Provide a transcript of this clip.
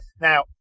Now